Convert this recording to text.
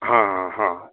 ಹಾಂ ಹಾಂ ಹಾಂ